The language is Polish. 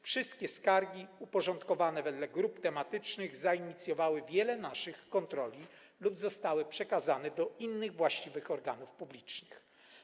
Wszystkie skargi uporządkowane wedle grup tematycznych zainicjowały wiele naszych kontroli lub zostały przekazane do innych właściwych organów publicznych.